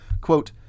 Quote